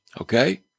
okay